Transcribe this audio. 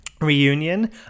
reunion